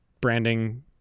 branding